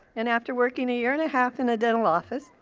and after working a year and a half in a dental office,